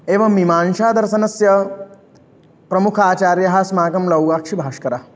एवं मिमांसादर्शनस्य प्रमुखाचार्यः अस्माकं लौगाक्षिभास्करः